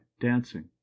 dancing